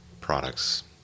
products